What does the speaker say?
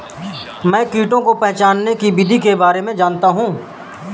मैं कीटों को पहचानने की विधि के बारे में जनता हूँ